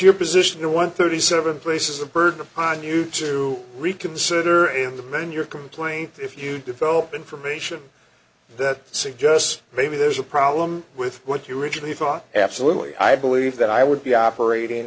your position one thirty seven places the burden upon you to reconsider the men your complaint if you develop information that suggests maybe there's a problem with what you originally thought absolutely i believe that i would be operating